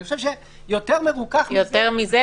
אני חושב שיותר מרוכך מזה ---- יותר מזה,